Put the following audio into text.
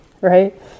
Right